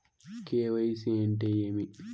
KYC అంటే ఏమి?